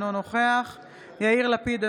אינו נוכח יאיר לפיד,